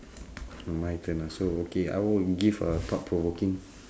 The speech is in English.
my turn ah so okay I will give a thought provoking